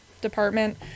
department